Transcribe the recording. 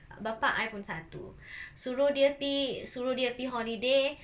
bapa I pun satu suruh dia pi suruh dia pi holiday